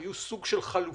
היו סוג של חלופה,